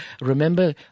Remember